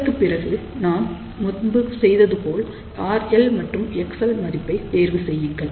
அதற்குப் பிறகு நான் முன்பு செய்ததைப் போல் RL மற்றும் XL மதிப்பை தேர்வு செய்யுங்கள்